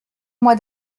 moi